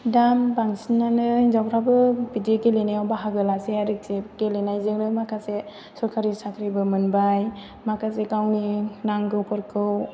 दा बांसिनानो हिनजावफ्राबो बिदि गेलेनायाव बाहागो लासै आरोखि गेलेनायजोंनो माखासे सरखारि साख्रिबो मोनबाय माखासे गावनि नांगौफोरखौ